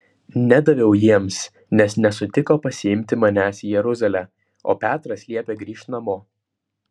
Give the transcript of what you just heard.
nedaviau jiems nes nesutiko pasiimti manęs į jeruzalę o petras liepė grįžt namo